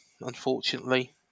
unfortunately